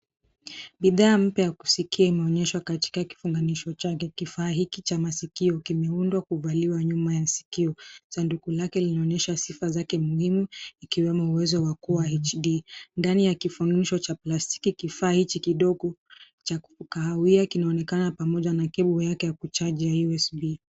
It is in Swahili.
Bidhaa mpya ya kusikia imeonyeshwa katika kifunganisho chake. Kifaa hiki cha masikio kimeundwa kuvaliwa nyuma ya sikio. Sanduku lake linaonyesha sifa zake muhimu ikiwemo uwezo wa kuwa HD . Ndani ya kifunusho cha plastiki, kifaa hichi kidogo cha kahawia kinaonekana pamoja na cable yake ya kucharge ya USB .